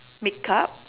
makeup